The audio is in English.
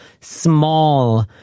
small